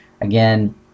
Again